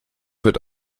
wird